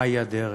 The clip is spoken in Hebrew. מהי הדרך?